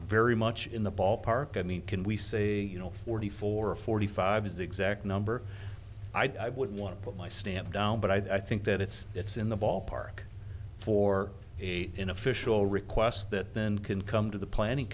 very much in the ballpark i mean can we say you know forty four forty five is the exact number i would want to put my stamp down but i think that it's it's in the ballpark for a in official requests that then can come to the planning